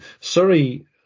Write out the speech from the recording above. Surrey